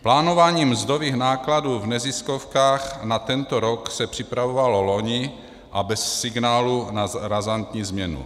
Plánování mzdových nákladů v neziskovkách na tento rok se připravovalo vloni a bez signálu na razantní změnu.